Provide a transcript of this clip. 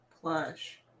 plush